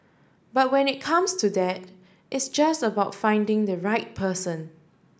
but when it comes to that it's just about finding the right person